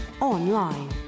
online